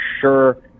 sure